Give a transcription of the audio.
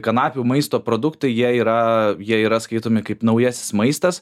kanapių maisto produktai jie yra jie yra skaitomi kaip naujasis maistas